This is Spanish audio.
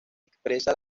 expresa